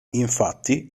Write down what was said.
infatti